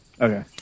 Okay